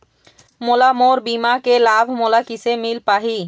मोला मोर बीमा के लाभ मोला किसे मिल पाही?